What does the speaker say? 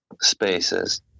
spaces